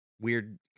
weird